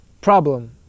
problem